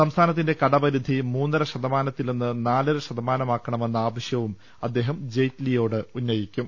സംസ്ഥാനത്തിന്റെ കടപരിധി മൂന്നര ശതമാനത്തിൽ നിന്ന് നാലര ശതമാനമാക്കണമെന്ന ആവശ്യവും അദ്ദേഹം ജയ്റ്റിലിയോട് ഉന്നയിക്കും